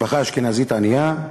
משפחה אשכנזית ענייה,